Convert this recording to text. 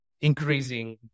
increasing